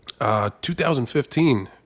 2015